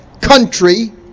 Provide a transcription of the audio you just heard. country